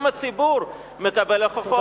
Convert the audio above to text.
גם הציבור מקבל הוכחות,